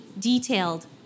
detailed